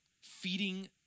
Feeding